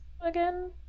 again